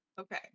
Okay